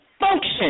function